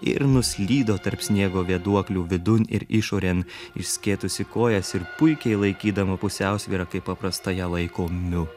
ir nuslydo tarp sniego vėduoklių vidun ir išorėn išskėtusi kojas ir puikiai laikydama pusiausvyrą kaip paprastai ją laiko miu